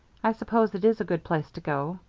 i suppose it is a good place to go.